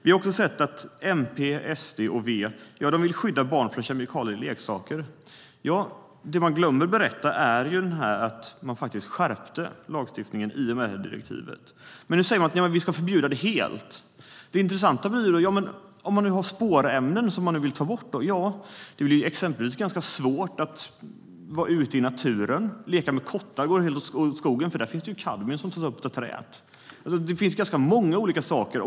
Vi har också sett att MP, SD och V vill skydda barn från kemikalier i leksaker. Det de glömmer att berätta är att man faktiskt skärpte lagstiftningen i och med direktivet. Men nu säger de: Ja, men vi ska förbjuda det helt. Det blir intressant om man har spårämnen som man nu vill ta bort. Det blir exempelvis ganska svårt att vara ute i naturen. Att leka med kottar är helt åt skogen. Det finns ju kadmium som tas upp av träd. Det finns ganska många olika saker.